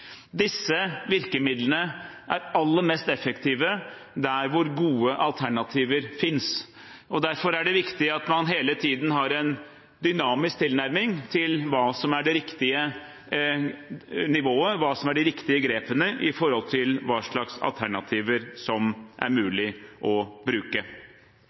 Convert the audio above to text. Disse virkemidlene er aller mest effektive der hvor gode alternativer finnes. Derfor er det viktig at man hele tiden har en dynamisk tilnærming til hva som er det riktige nivået, hva som er de riktige grepene med tanke på hva slags alternativer det er mulig å bruke.